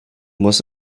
was